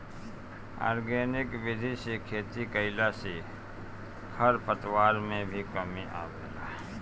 organic विधि से खेती कईला से खरपतवार में भी कमी आवेला